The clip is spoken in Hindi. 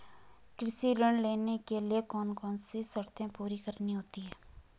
कृषि ऋण लेने के लिए कौन कौन सी शर्तें पूरी करनी होती हैं?